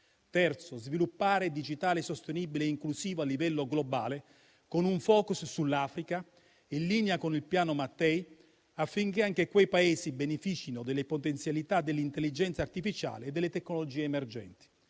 occorre sviluppare digitale sostenibile e inclusivo a livello globale, con un *focus* sull'Africa, in linea con il Piano Mattei, affinché anche quei Paesi beneficino delle potenzialità dell'intelligenza artificiale e delle tecnologie emergenti.